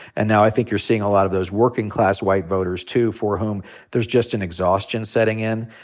and now i think you're seeing a lot of those working class white voters, too, for whom there's just an exhaustion setting in.